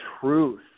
truth